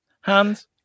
Hands